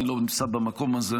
אני לא נמצא במקום הזה.